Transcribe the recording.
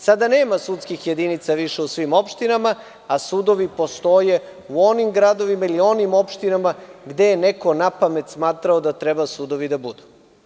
Sada nema sudskih jedinica više u svim opštinama, a sudovi postoje u onim gradovima ili onim opštinama gde je neko napamet smatrao da treba sudovi da budu.